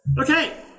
Okay